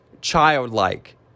childlike